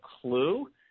clue